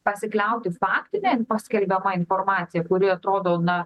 pasikliauti faktine paskelbiama informacija kuri atrodo na